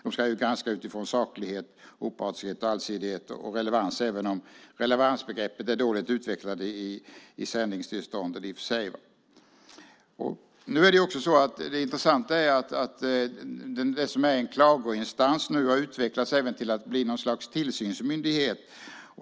De ska ju granska utifrån saklighet, opartiskhet, allsidighet och relevans - även om relevansbegreppet är dåligt utvecklat i sändningstillstånden. Det intressanta är att det som är en klagoinstans nu har utvecklats till något slags tillsynsmyndighet.